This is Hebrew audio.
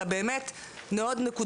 אלא באמת נקודתי,